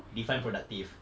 define productive